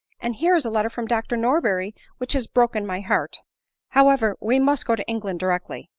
and here is a letter from dr norberry which has broken my heart however, we must go to england directly.